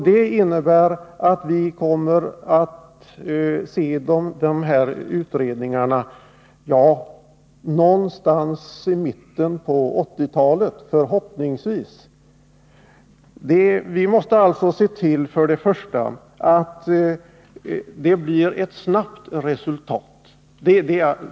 Det innebär att resultatet av utredningarna kan förväntas någon gång i mitten av 1980-talet, i bästa fall. Vi måste alltså till att börja med se till att det blir ett snabbt resultat.